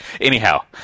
anyhow